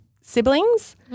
siblings